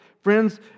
Friends